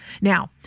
Now